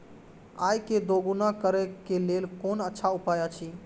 आय के दोगुणा करे के लेल कोन अच्छा उपाय अछि?